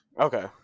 Okay